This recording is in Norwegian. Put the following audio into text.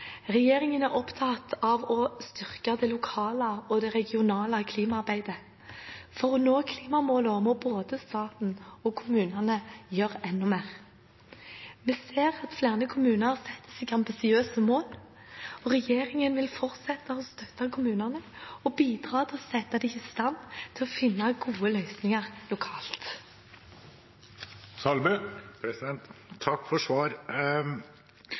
Regjeringen er opptatt av å styrke det lokale og regionale klimaarbeidet. For å nå klimamålene må både staten og kommunene gjøre enda mer. Vi ser at flere kommuner setter seg ambisiøse mål. Regjeringen vil fortsette å støtte kommunene og bidra til å sette dem i stand til å finne gode løsninger lokalt. Takk for svar.